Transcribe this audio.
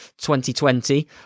2020